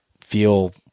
feel